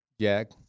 Jack